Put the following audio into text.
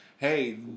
hey